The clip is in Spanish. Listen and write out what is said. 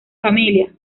familia